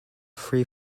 free